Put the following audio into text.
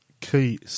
key